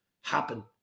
happen